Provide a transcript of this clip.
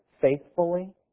faithfully